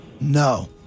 No